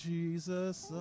Jesus